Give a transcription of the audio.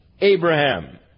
Abraham